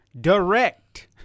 direct